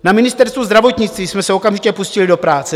Na Ministerstvu zdravotnictví jsme se okamžitě pustili do práce.